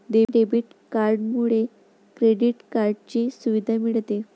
debit कार्डमुळे credit कार्डची सुविधा मिळते